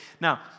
Now